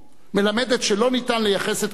מלמדת שלא ניתן לייחס כישלון